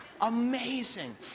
Amazing